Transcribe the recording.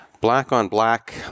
Black-on-black